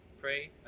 pray